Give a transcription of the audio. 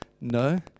No